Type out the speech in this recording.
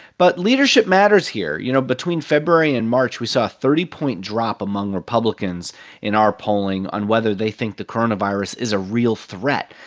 but leadership matters here. you know, between february and march, we saw a thirty point drop among republicans in our polling on whether they think the coronavirus is a real threat.